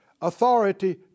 authority